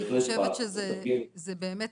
אני חושבת שזה באמת